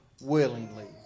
willingly